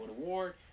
award